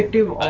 to